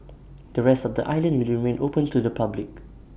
the rest of the island will remain open to the public